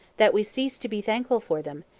that we cease to be thankful for them,